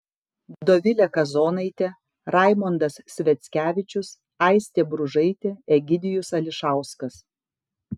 dovilė kazonaitė raimondas sviackevičius aistė bružaitė egidijus ališauskas